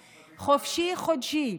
חופשי-חודשי.